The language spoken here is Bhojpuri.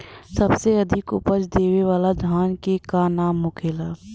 सबसे अधिक उपज देवे वाला धान के का नाम होखे ला?